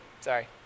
sorry